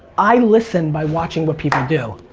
i listen by watching what people do.